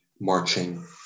marching